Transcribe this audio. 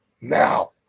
Now